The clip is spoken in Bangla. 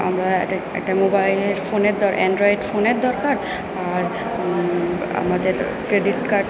আমরা একটা মোবাইলের ফোনের অ্যান্ড্রয়েড ফোনের দরকার আর আমাদের ক্রেডিট কার্ড